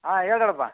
ಹಾಂ ಹೇಳಿರಪ್ಪ